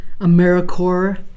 AmeriCorps